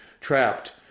trapped